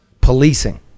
Policing